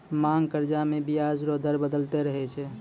मांग कर्जा मे बियाज रो दर बदलते रहै छै